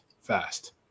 fast